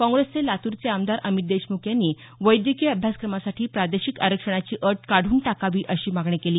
काँग्रेसचे लातूरचे आमदार अमित देशमुख यांनी वैद्यकीय अभ्यासक्रमासाठी प्रादेशिक आरक्षणाची अट काढून टाकावी अशी मागणी केली